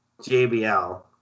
JBL